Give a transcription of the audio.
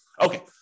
okay